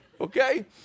okay